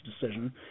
decision